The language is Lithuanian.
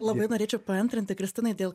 labai norėčiau paantrinti kristinai dėl